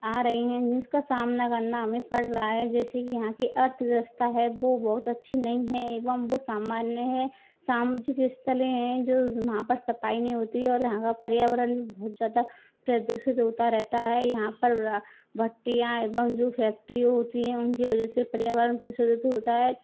आ रहीं हैं जिसका सामना करना हमें पड़ रहा है जैसे यहाँ की अर्थव्यवस्था है वो बहुत अच्छी नहीं है एवं वो सामान्य है समूहिक स्थलें हैं जो वहाँ पर सफाई नहीं होती और यहाँ का पर्यावरण बहुत ज़्यादा प्रदूषित होता रहता है यहाँ पर भट्टियाँ एवं जो फ़ैक्टरी होती हैं उनकी वजह से पर्यावरण होता है